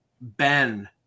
ben